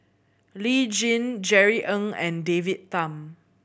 Lee Tjin Jerry Ng and David Tham